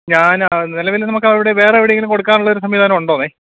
ഞാൻ ആ നിലവിൽ നമുക്ക് അവിടെ വേറെ എവിടെയെങ്കിലും കൊടുക്കാനുള്ള ഒരു സംവിധാനം ഉണ്ടോന്നെ